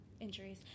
injuries